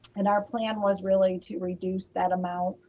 and our plan was really to reduce that amount.